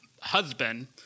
husband—